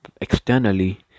externally